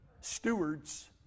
stewards